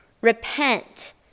Repent